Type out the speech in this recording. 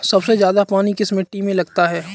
सबसे ज्यादा पानी किस मिट्टी में लगता है?